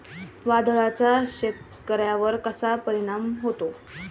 वादळाचा शेतकऱ्यांवर कसा परिणाम होतो?